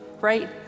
right